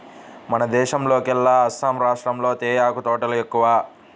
మన దేశంలోకెల్లా అస్సాం రాష్టంలో తేయాకు తోటలు ఎక్కువ